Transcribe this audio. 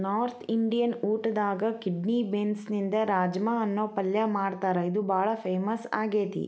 north Indian ಊಟದಾಗ kidney ಬೇನ್ಸ್ನಿಂದ ರಾಜ್ಮಾ ಅನ್ನೋ ಪಲ್ಯ ಮಾಡ್ತಾರ ಇದು ಬಾಳ ಫೇಮಸ್ ಆಗೇತಿ